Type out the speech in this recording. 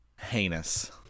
Heinous